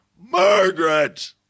Margaret